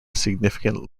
significant